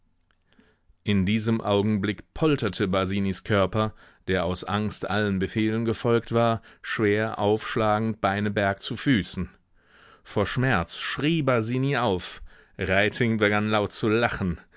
in diesem augenblick polterte basinis körper der aus angst allen befehlen gefolgt war schwer aufschlagend beineberg zu füßen vor schmerz schrie basini auf reiting begann laut zu lachen